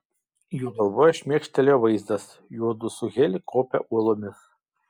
jo galvoje šmėkštelėjo vaizdas juodu su heli kopia uolomis